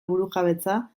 burujabetza